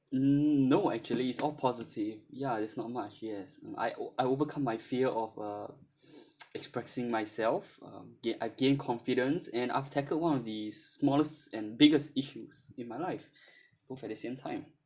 mm no actually is all positive ya there's not much yes I oh I overcome my fear of uh expressing myself um and I gained confidence and I've tackled one of the smallest and biggest issues in my life both at the same time